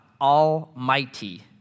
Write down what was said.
Almighty